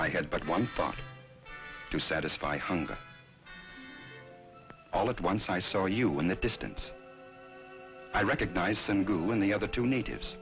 i had but one thought to satisfy hunger all at once i saw you in the distance i recognized them too when the other two natives